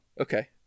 Okay